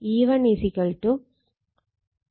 E1 4